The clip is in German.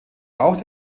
auch